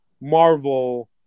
Marvel